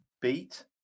beat